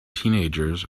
teenagers